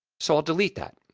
so i'll delete that.